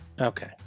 Okay